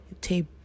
tape